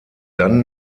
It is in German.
dann